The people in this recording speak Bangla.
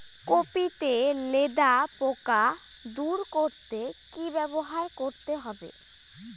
কপি তে লেদা পোকা দূর করতে কি ব্যবহার করতে হবে?